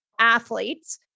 athletes